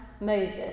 Moses